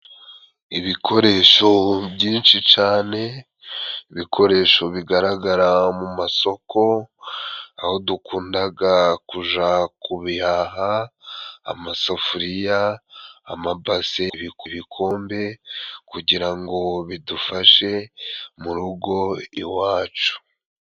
Ibikoresho byinshi cyane, ibikoresho bigaragara mu masoko aho dukundaga kuja kubihaha, amasafuriya, amabase, ibikombe, kugirango ngo bidufashe mu rugo iwacu.